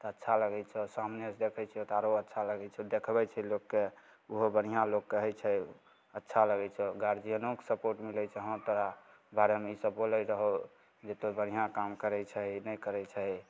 अच्छा लगै छऽ सामनेसे देखै छिए तऽ आओर अच्छा लागै छै देखबै छै लोकके ओहो बढ़िआँ लोक कहै छै अच्छा लगै छऽ गार्जिअनोके सपोर्ट मिलै छै कहै छै हँ तोरा बारेमे ईसब बोलै रहौ जे तू बढ़िआँ काम करै छही नहि करै छही